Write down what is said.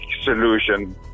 solution